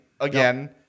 again